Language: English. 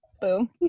Boom